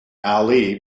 ali